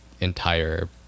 entire